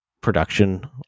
production